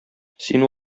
син